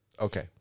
Okay